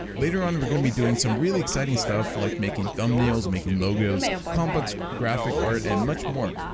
later on, we're going to be doing some really exciting stuff, like making thumbnails, making logos, complex graphic art, and much more.